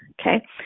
Okay